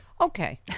Okay